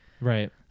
Right